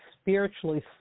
spiritually